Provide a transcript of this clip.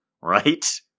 right